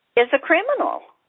is a criminal